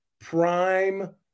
Prime